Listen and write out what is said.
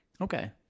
Okay